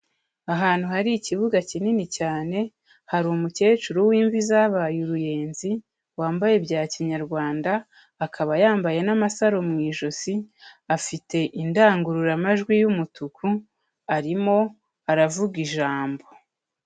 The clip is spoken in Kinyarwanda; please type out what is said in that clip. Ahantu hari ikibuga kinini cyane hari umukecuru w'imvi zabaye uruyenzi wambaye bya kinyarwanda, akaba yambaye n'amasaro mu ijosi, afite indangururamajwi y'umutuku arimo aravuga ijambo.